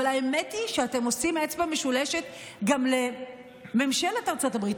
אבל האמת היא שאתם עושים אצבע משולשת גם לממשלת ארצות הברית,